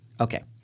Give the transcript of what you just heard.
Okay